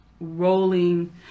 rolling